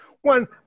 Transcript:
One